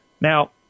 Now